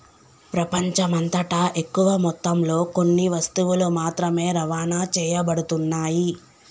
ప్రపంచమంతటా ఎక్కువ మొత్తంలో కొన్ని వస్తువులు మాత్రమే రవాణా చేయబడుతున్నాయి